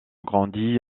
grandi